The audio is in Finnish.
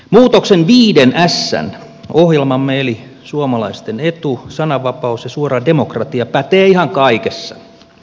muutoksen viiden sn ohjelmamme eli suomalaisten etu sananvapaus ja suora demokratia pätee ihan kaikessa